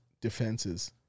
Defenses